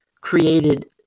created